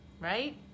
Right